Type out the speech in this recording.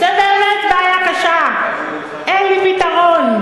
זו באמת בעיה קשה, אין לי פתרון.